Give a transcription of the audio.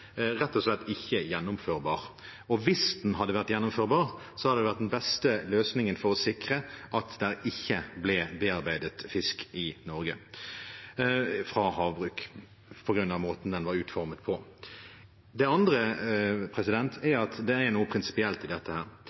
rett og slett ikke gjennomførbar. Hvis den hadde vært gjennomførbar, hadde det vært den beste løsningen for å sikre at det ikke ble bearbeidet fisk i Norge fra havbruk, pga. måten den var utformet på. For det andre er det noe prinsipielt i dette.